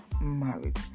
marriage